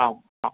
आम् आ